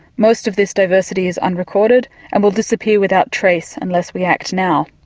most of this diversity is unrecorded and will disappear without trace unless we act now.